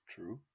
True